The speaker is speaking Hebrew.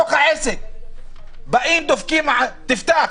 שוטרים באים ודופקים: תפתח.